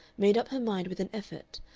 made up her mind with an effort,